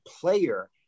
player